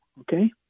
okay